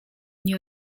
nie